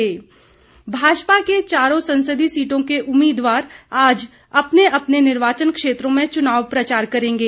कार्यक्रम भाजपा के चारों संसदीय सीटों के उम्मीदवार आज अपने अपने निर्वाचन क्षेत्रों में चुनाव प्रचार करेंगे